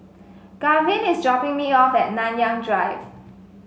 Garvin is dropping me off Nanyang Drive